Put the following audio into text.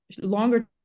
longer